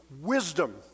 wisdom